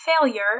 failure